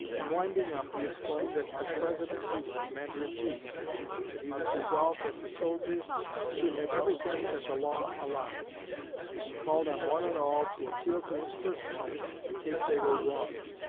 in winding up, he explained that, as president, he was commander-in-chief that he was resolved that the soldiers should have everything that the law allowed and he called on one and all to appeal to him personally in case they were wronged.